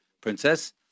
princess